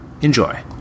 Enjoy